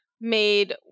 made